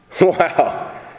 Wow